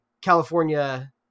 California